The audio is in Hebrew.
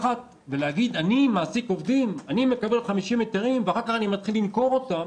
להגיד שאני מקבל 50 היתרים ואחר כך אני מתחיל למכור אותם